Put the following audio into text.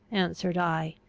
answered i,